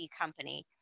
company